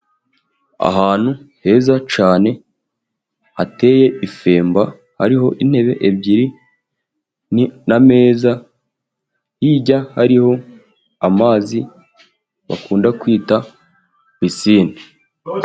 Ahantu heza cyane hateye ifemba, hariho intebe ebyiri n'ameza hijya hariho amazi bakunda kwita pisine.